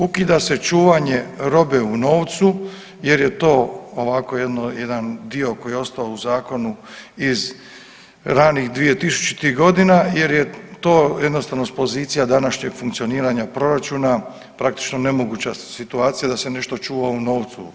Ukida se čuvanje robe u novcu jer je to ovako jedan dio koji je ostao u zakonu iz raznih 2000.-tih godina jer je to jednostavno s pozicija današnjeg funkcioniranja proračuna praktično nemoguća situacija da se nešto čuva u novcu.